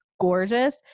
gorgeous